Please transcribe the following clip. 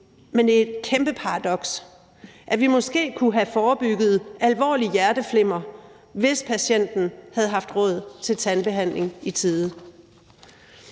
er et kæmpe paradoks, at vi måske kunne have forebygget alvorlig hjerteflimmer, hvis patienten havde haft råd til tandbehandling i tide.